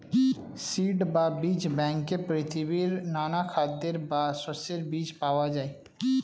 seed বা বীজ ব্যাংকে পৃথিবীর নানা খাদ্যের বা শস্যের বীজ পাওয়া যায়